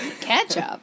Ketchup